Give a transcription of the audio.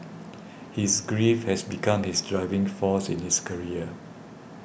his grief has become his driving force in his career